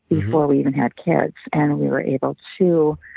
before we even had kids. and we were able to